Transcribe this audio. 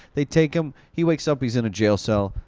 they take him, he wakes up, he's in a jail cell.